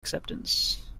acceptance